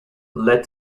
led